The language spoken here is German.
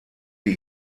die